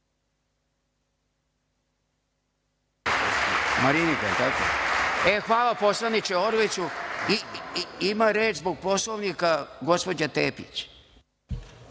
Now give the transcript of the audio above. Hvala, poslaniče Orliću. Ima reč po Poslovniku gospođa Tepić.